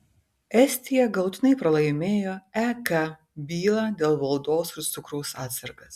estija galutinai pralaimėjo ek bylą dėl baudos už cukraus atsargas